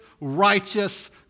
righteous